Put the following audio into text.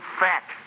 fat